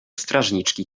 strażniczki